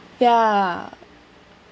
ya